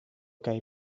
kaj